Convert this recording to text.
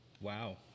Wow